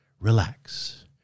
Relax